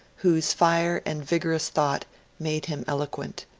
whose fire and vigorous thought made him eloquent.